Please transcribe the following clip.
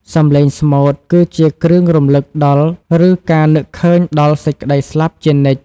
សំឡេងស្មូតគឺជាគ្រឿងរំលឹកដល់ ឬការនឹកឃើញដល់សេចក្ដីស្លាប់ជានិច្ច។